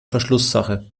verschlusssache